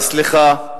סליחה,